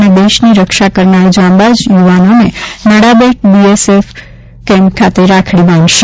અને દેશની રક્ષા કરનાર જાંબાજ જવાનોને નડાબેટ બીએસએફ કેમ્પ ખાતે રાખડી બાંધશે